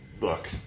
look